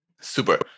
Super